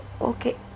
Okay